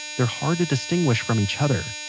they're hard to distinguish from each other.